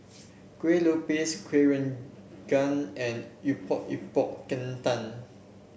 Kuih Lopes kueh and Epok Epok Kentang